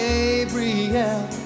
Gabriel